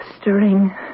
stirring